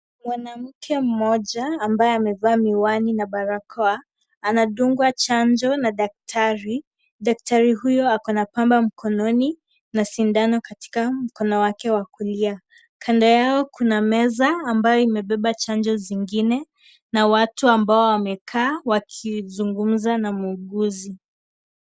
Mwanamke mmoja, ambaye amevaa miwani na barakoa, anadungwa chanjo na daktari, daktari huyo ako na pamba mkononi na sindano katika mkono wake wa kulia. Kando yao kuna meza ambayo imebeba chanjo zingine na watu ambao wamekaa wakizungumza na muuguzi.